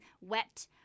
wet